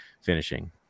finishing